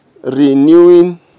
renewing